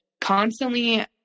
constantly